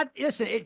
listen